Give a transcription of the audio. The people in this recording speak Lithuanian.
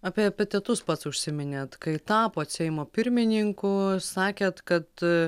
apie epitetus pats užsiminėt kai tapot seimo pirmininku sakėt kad